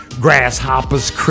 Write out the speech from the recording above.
grasshoppers